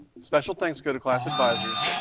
special thanks go to class advisors,